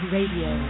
Radio